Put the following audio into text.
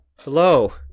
Hello